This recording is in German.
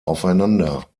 aufeinander